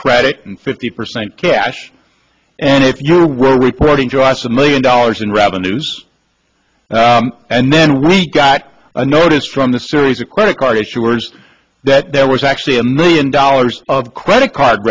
credit and fifty percent cash and if your were reporting to us a million dollars in revenues and then we got a notice from the series of credit card issuers that there was actually a million dollars of credit card